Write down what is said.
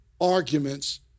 arguments